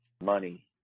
money